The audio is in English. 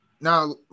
Now